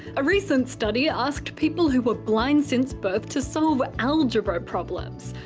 a recent study asked people who were blind since birth to solve algebra problems.